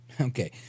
Okay